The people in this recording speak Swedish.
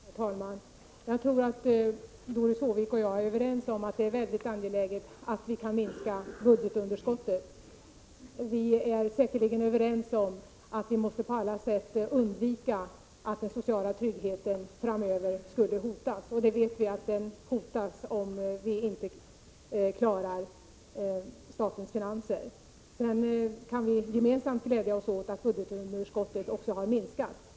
Herr talman! Jag tror att Doris Håvik och jag är överens om att det är väldigt angeläget att vi kan minska budgetunderskottet. Vi är säkerligen överens om att vi på alla sätt måste undvika att den sociala tryggheten framöver hotas. Vi vet att den hotas om vi inte klarar statens finanser. Sedan kan vi gemensamt glädja oss åt att budgetunderskottet också har minskat.